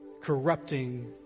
corrupting